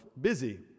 busy